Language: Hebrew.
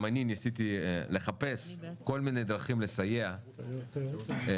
ניסיתי לחפש כל מיני דרכים לסייע ולצערי